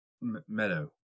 Meadow